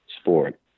Sport